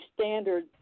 standard